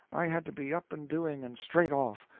i had to be up and doing and straight off.